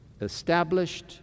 established